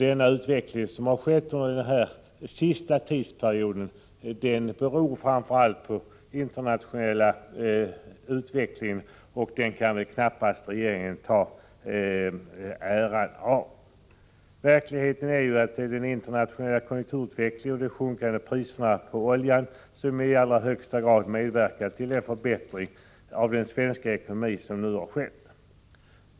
Den utveckling som varit under den sistnämnda tidsperioden beror framför allt på internationell utveckling. Den kan knappast regeringen ha äran av. Verkligheten är ju att det är den internationella konjunkturutvecklingen och de sjunkande priserna på oljan som i allra högsta grad medverkat till den förbättring av den svenska ekonomin som nu har skett.